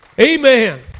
Amen